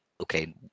Okay